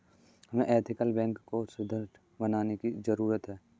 हमें ethical banking को और सुदृढ़ बनाने की जरूरत है